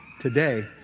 today